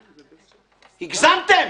הגזמתם.